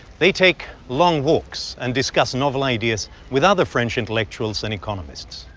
they take long walks and discuss novel ideas with other french intellectuals and economists.